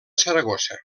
saragossa